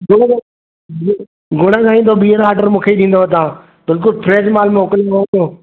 जी सां ईंदो ॿीहर ऑडर मूंखे ॾींदव तव्हां बिल्कुलु फ्रैश माल मोकलिंदो हुतो